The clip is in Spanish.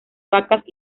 vacas